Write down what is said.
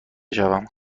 شوم